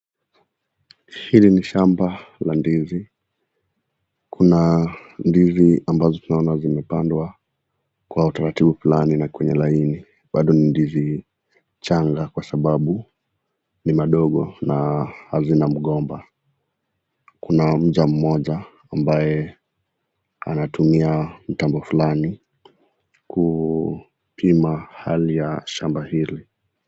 Hili ni shamba la ndizi .Kuna ndizi ambazo tunaona zimepandwa kwa utaratibu fulani na kwenye laini bado ni ndizi changa kwa sababu ni madongo na hazina mgomba. Kuna mja mmoja ambaye anatumia mtambo fulani kupima hali ya shamba hili.